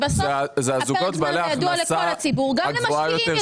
שידוע לכל הציבור; גם למשקיעים.